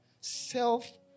self